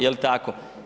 Jel tako?